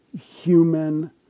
human